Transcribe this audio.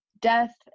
death